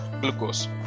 glucose